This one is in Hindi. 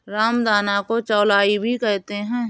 रामदाना को चौलाई भी कहते हैं